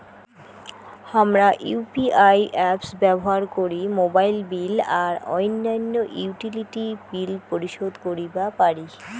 হামরা UPI apps ব্যবহার করি মোবাইল বিল আর অইন্যান্য ইউটিলিটি বিল পরিশোধ করিবা পারি